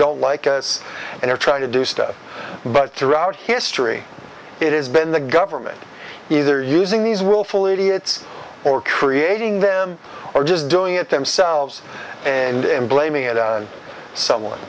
don't like us and are trying to do stuff but throughout history it has been the government either using these willful idiots or creating them or just doing it themselves and blaming it on someone